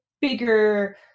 bigger